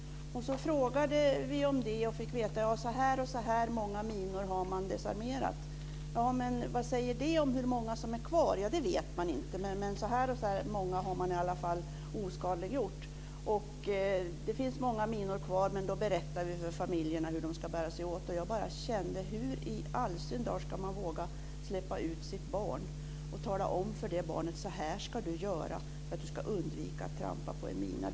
Vi frågade om det och fick veta att "så och så" många minor har desarmerats. Vi frågade vad det säger om hur många som är kvar. Det visste man inte, bara hur många som hade oskadliggjorts, men att det finns många minor kvar och att man då berättar för familjerna hur de ska bära sig åt. Jag kände då: Hur i all sin dar ska man våga släppa ut sitt barn och tala om för det barnet att "så här ska du göra för att undvika att trampa på en mina"?